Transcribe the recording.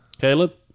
Caleb